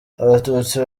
abatutsi